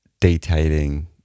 detailing